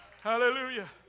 Hallelujah